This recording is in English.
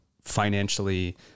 financially